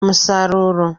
umusaruro